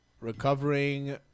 recovering